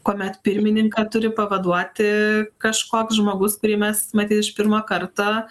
kuomet pirmininką turi pavaduoti kažkoks žmogus kurį mes matyt iš pirmo karto